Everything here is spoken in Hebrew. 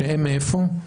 שהם מאיפה?